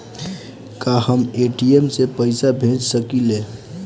का हम ए.टी.एम से पइसा भेज सकी ले?